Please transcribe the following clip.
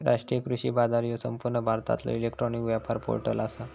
राष्ट्रीय कृषी बाजार ह्यो संपूर्ण भारतातलो इलेक्ट्रॉनिक व्यापार पोर्टल आसा